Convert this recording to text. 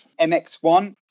MX1